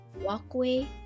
walkway